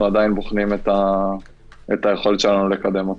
עדיין בוחנים את היכולת שלנו לקדם אותו.